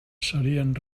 serien